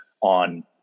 on